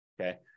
okay